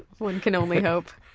one can only hope.